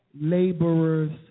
laborers